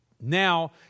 Now